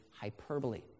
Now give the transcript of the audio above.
hyperbole